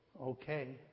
okay